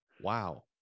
Wow